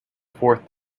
fourth